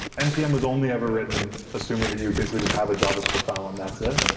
npm was only ever written assuming that you'd basically just have a javascript file and that's it.